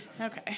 Okay